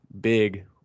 big